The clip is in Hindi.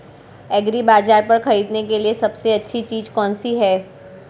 एग्रीबाज़ार पर खरीदने के लिए सबसे अच्छी चीज़ कौनसी है?